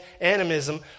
animism